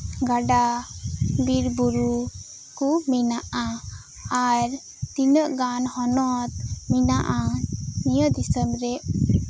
ᱜᱟᱰᱟ ᱵᱤᱨᱵᱩᱨᱩ ᱠᱚ ᱢᱮᱱᱟᱜᱼᱟ ᱟᱨ ᱛᱤᱱᱟᱹᱜ ᱜᱟᱱ ᱦᱚᱱᱚᱛ ᱢᱮᱱᱟᱜᱼᱟ ᱱᱚᱶᱟ ᱫᱤᱥᱚᱢ ᱨᱮ